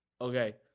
Okay